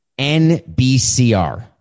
NBCR